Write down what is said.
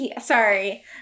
sorry